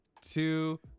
two